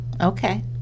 Okay